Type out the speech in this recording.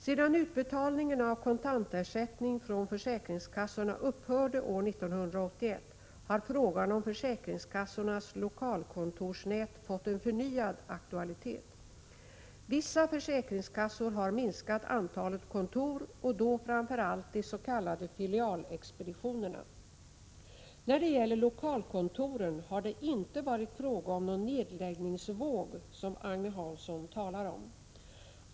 Sedan utbetalningen av kontantersättning från försäkringskassorna upphörde år 1981 har frågan om försäkringskassornas lokalkontorsnät fått en förnyad aktualitet. Vissa försäkringskassor har minskat antalet kontor, och då framför allt de s.k. filialexpeditionerna. När det gäller lokalkontoren har det inte varit fråga om någon nedläggningsvåg, som Agne Hansson talar om.